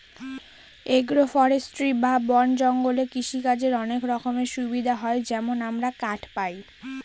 agro forestry বা বন জঙ্গলে কৃষিকাজের অনেক রকমের সুবিধা হয় যেমন আমরা কাঠ পায়